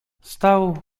stał